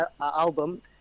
album